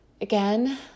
again